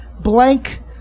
Blank